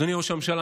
אדוני ראש הממשלה,